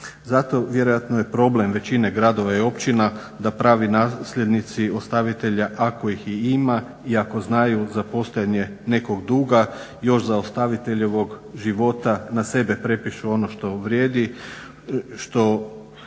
Zato vjerojatno je problem većine gradova i općina da pravi nasljednici ostavitelja ako ih i ima i ako znaju za postojanje nekog duga još za ostaviteljevog života na sebe prepišu ono što vrijedi,